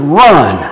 run